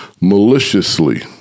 maliciously